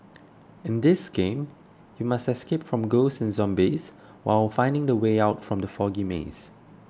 in this game you must escape from ghosts and zombies while finding the way out from the foggy maze